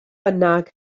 bynnag